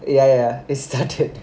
ya ya ya it started